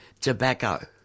Tobacco